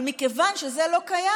אבל מכיוון שזה לא קיים,